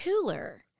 cooler